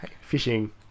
Fishing